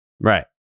Right